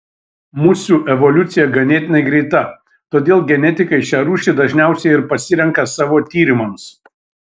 musių evoliucija ganėtinai greita todėl genetikai šią rūšį dažniausiai ir pasirenka savo tyrimams